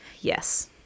yes